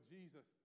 Jesus